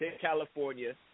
California